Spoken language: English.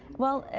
well,